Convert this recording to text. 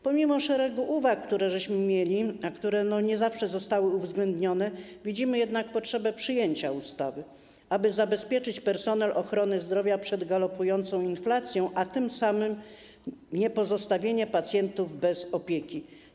Pomimo szeregu uwag, które mieliśmy, a które nie zawsze były uwzględniane, widzimy jednak potrzebę przyjęcia ustawy, aby zabezpieczyć personel ochrony zdrowia przed galopującą inflacją, a tym samym nie pozostawiać pacjentów bez opieki.